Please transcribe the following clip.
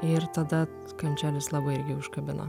ir tada kandželis labai užkabino